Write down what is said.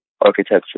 Architecture